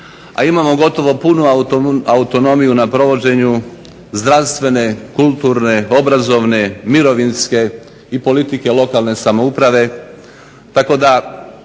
a imamo gotovo punu autonomiju na provođenju zdravstvene, kulturne, obrazovne, mirovinske i politike lokalne samouprave.